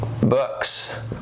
books